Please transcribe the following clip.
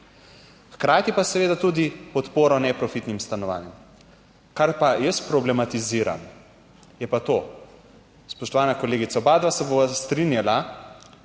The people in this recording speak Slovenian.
hkrati pa seveda tudi podporo. Neprofitnim stanovanjem. Kar pa jaz problematiziram je pa to, spoštovana kolegica, oba se bova strinjala,